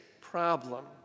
problem